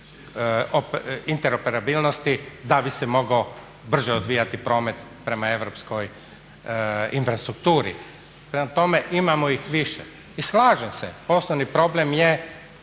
interoperabilnosti da bi se mogao brže odvijati promet prema europskoj infrastrukturi. Prema tome imamo ih više. I slažem se osnovni problem je